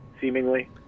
seemingly